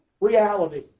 reality